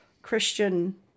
christian